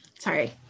Sorry